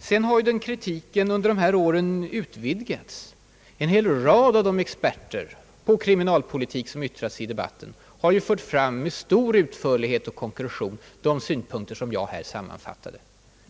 Sedan har ju kritiken under de år som gått intensifierats. En hel rad av de experter på kriminalpolitik, som har yttrat sig i debatten, har med stor utförlighet och konkretion fört fram de synpunkter som jag här sammanfattade.